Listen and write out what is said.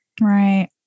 Right